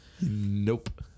Nope